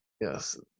Yes